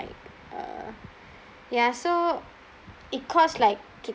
uh ya so it cost like tw~